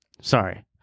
Sorry